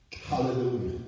Hallelujah